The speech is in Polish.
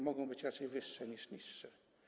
Mogą być raczej wyższe niż niższe.